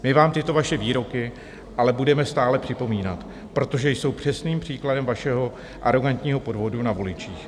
My vám tyto vaše výroky ale budeme stále připomínat, protože jsou přesným příkladem vašeho arogantního podvodu na voličích.